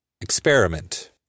Experiment